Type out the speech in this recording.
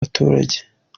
baturage